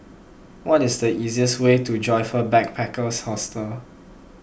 what is the easiest way to Joyfor Backpackers Hostel